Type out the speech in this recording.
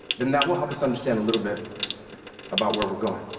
then that will help us understand a little bit about where we're going.